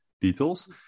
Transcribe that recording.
details